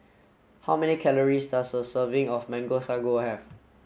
how many calories does a serving of mango sago have